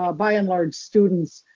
ah by and large students,